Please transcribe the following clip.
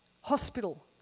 hospital